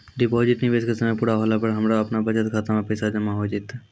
Deposit निवेश के समय पूरा होला पर हमरा आपनौ बचत खाता मे पैसा जमा होय जैतै?